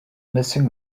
missing